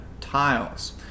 tiles